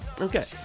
okay